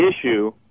issue